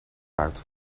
uit